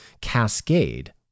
cascade